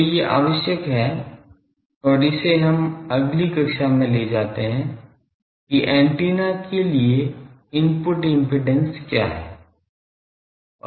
तो ये आवश्यक हैं और इसे हम अगली कक्षा में ले जाते है कि एंटीना के इनपुट इम्पीडेन्स क्या है